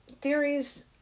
Theories